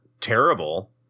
terrible